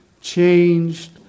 changed